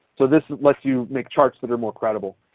so this lets you make charts that are more credible.